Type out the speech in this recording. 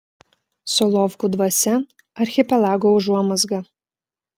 solovkų dvasia archipelago užuomazga